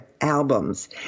albums